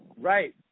Right